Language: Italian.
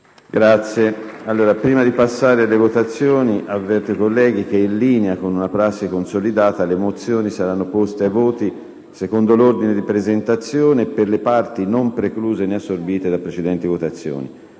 Prima di passare alle votazioni, avverto gli onorevoli colleghi che, in linea con una prassi consolidata, le mozioni saranno poste ai voti secondo l'ordine di presentazione e per le parti non precluse né assorbite da precedenti votazioni.